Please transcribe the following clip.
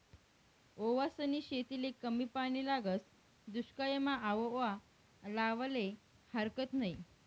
ओवासनी शेतीले कमी पानी लागस, दुश्कायमा आओवा लावाले हारकत नयी